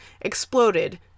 exploded